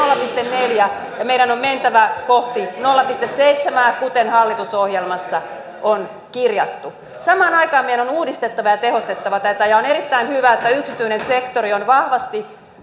pilkku neljä ja meidän on mentävä kohti nolla pilkku seitsemää kuten hallitusohjelmassa on kirjattu samaan aikaan meidän on uudistettava ja tehostettava tätä ja on erittäin hyvä että yksityinen sektori on vahvasti